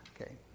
Okay